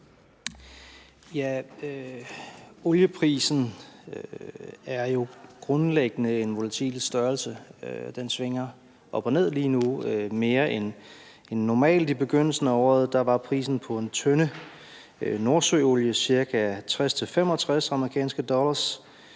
Olieprisen er jo grundlæggende en volatil størrelse. Den svinger op og ned – lige nu mere end normalt. I begyndelsen af året var prisen på en tønde nordsøolie ca. 60-65 amerikanske dollar,